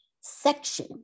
section